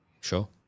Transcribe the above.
Sure